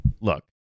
look